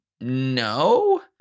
no